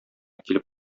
килеп